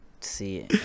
see